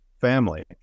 family